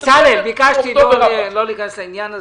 בצלאל, ביקשתי לא להיכנס לעניין הזה.